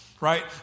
Right